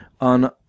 on